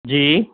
जी